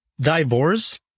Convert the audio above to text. divorce